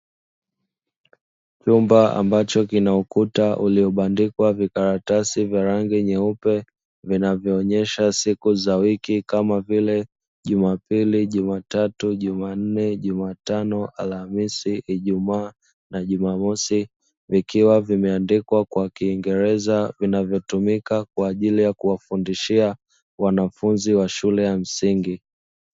Chumba ambacho kina ukuta uliobandikwa vikaratasi vya rangi nyeupe, vinavyoonyesha siku za wiki, kama vile: Jumapili, Jumatatu, Jumanne, Jumatano, Alhamisi, Ijumaa na Jumamosi, vikiwa vimeandikwa kwa kiingereza, vinavyotumika kwa ajili ya kuwafundishia wanafunzi wa shule ya msingi.